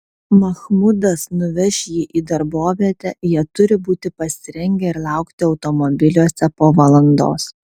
mahmudas nuveš jį į darbovietę jie turi būti pasirengę ir laukti automobiliuose po valandos